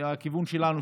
והכיוון שלנו,